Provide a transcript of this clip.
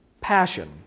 passion